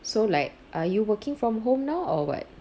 so like are you working from home now or what